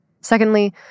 Secondly